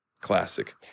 Classic